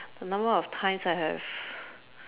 the number of times I have